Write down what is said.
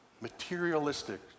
materialistic